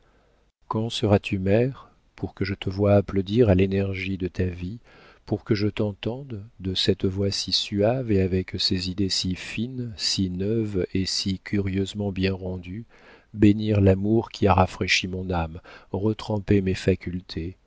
quand seras-tu mère pour que je te voie applaudir à l'énergie de ta vie pour que je t'entende de cette voix si suave et avec ces idées si fines si neuves et si curieusement bien rendues bénir l'amour qui a rafraîchi mon âme retrempé mes facultés